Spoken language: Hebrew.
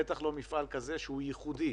בטח לא מפעל כזה שהוא ייחודי,